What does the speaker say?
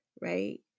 right